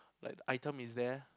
like the item is there